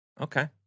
Okay